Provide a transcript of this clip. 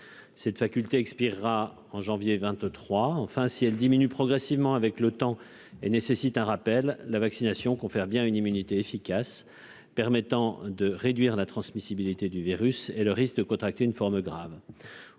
Cette faculté expirera en janvier 2023. Par ailleurs, si ses effets diminuent progressivement avec le temps et si elle nécessite un rappel, la vaccination confère bien une immunité efficace permettant de réduire la transmissibilité du virus et le risque de contracter une forme grave